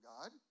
God